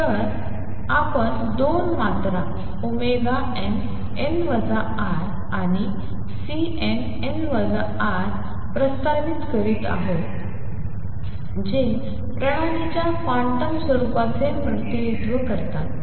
तर आपण 2 मात्रा nn τ आणि Cnn τ प्रस्तावित करत आहोत जे प्रणालीच्या क्वांटम स्वरूपाचे प्रतिनिधित्व करतात